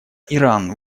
иран